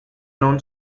non